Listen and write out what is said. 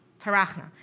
tarachna